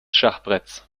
schachbretts